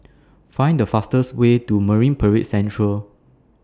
Find The fastest Way to Marine Parade Central